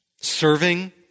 Serving